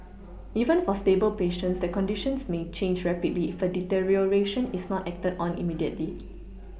even for stable patients their conditions may change rapidly if a deterioration is not acted on immediately